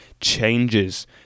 changes